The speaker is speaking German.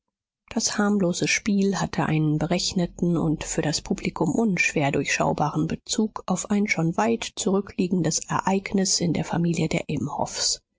das harmlose spiel hatte einen berechneten und für das publikum unschwer durchschaubaren bezug auf ein schon weit zurückliegendes ereignis in der familie der